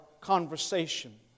conversation